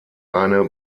eine